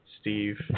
Steve